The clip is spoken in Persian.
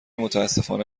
متأسفانه